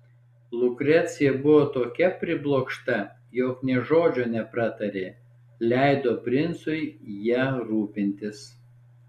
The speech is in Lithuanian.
lukrecija buvo tokia priblokšta jog nė žodžio nepratarė leido princui ja rūpintis